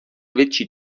větší